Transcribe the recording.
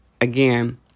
again